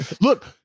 Look